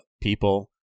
people